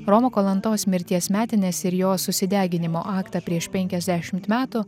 romo kalantos mirties metines ir jo susideginimo aktą prieš penkiasdešimt metų